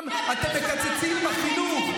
בעולם מקצצים בחינוך?